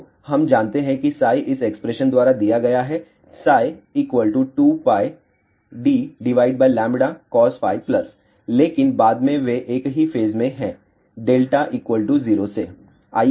तो हम जानते हैं कि इस एक्सप्रेशन द्वारा दिया गया है 2πdcos लेकिन बाद में वे एक ही फेज में हैं δ 0 से